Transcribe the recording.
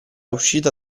uscita